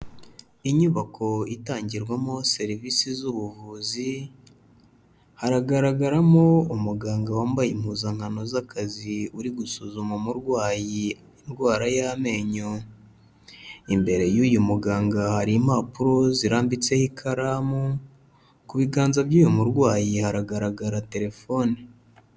Inyubako itangirwamo serivisi z'ubuvuzi, haragaragaramo umuganga wambaye impuzankano z'akazi uri gusuzuma umurwayi indwara y'amenyo, imbere y'uyu muganga hari impapuro zirambitseho ikaramu, ku biganza by'uyu murwayi haragaragara telefone.